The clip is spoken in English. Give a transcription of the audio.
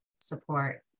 support